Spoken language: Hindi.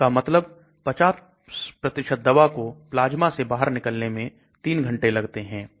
इसका मतलब 50 प्रतिशत दवा को प्लाज्मा से बाहर निकलने में 3 घंटे लगते हैं